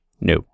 No